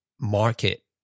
market